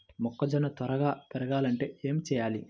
మొక్కజోన్న త్వరగా పెరగాలంటే ఏమి చెయ్యాలి?